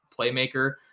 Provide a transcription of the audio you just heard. playmaker